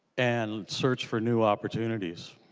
and search for new opportunities